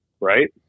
Right